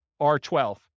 R12